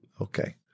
Okay